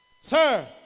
Sir